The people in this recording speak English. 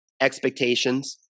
expectations